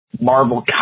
Marvel